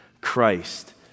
Christ